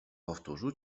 powtórzył